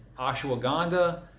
ashwagandha